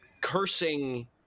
cursing